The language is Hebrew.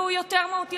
והוא יותר מהותי,